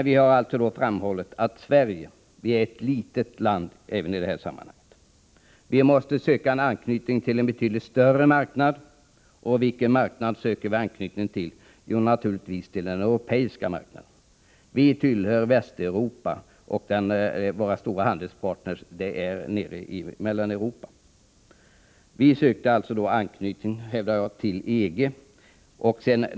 Vi har framhållit att Sverige är ett litet land även i det här sammanhanget. Vi måste söka anknytning till en betydligt större marknad, och vilken marknad skall vi söka anknytning till, naturligtvis till den europeiska marknaden. Sverige tillhör Västeuropa, och våra stora handelspartner finns nere i Mellaneuropa. Vi borde alltså i den här frågan knyta an till EG, hävdade jag.